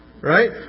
Right